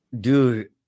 Dude